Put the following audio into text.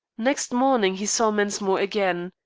next morning he saw mensmore again.